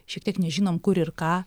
šiek tiek nežinom kur ir ką